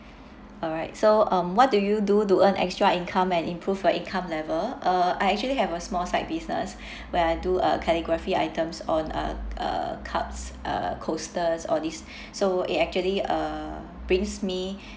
all right so um what do you do to earn extra income and improve your income level uh I actually have a small side business where I do uh calligraphy items on a uh cups uh coasters all these so it actually uh brings me